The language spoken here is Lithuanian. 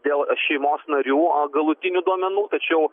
dėl šeimos narių galutinių duomenų tačiau